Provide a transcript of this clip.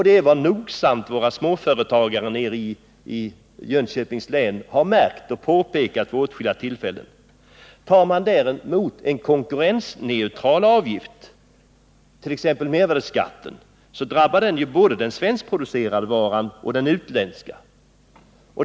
Det är vad småföretagarna i Jönköpings län nogsamt har märkt och påpekat vid åtskilliga tillfällen. En konkurrensneutral avgift, t.ex. mervärdeskatten, drabbar däremot både den svenskproducerade varan och den utländska.